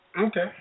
Okay